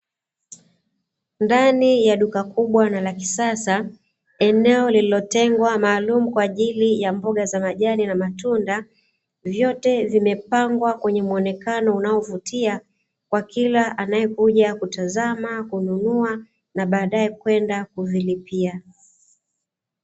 Ndani ya duka kubwa na la kisasa, eneo lililotengwa maalumu kwa ajili ya mboga za majani na matunda, vyote vimepangwa kwenye muonekano unaovutia, kwa kila anayekuja kutazama, kununua na baadaye kwenda kuvilipia.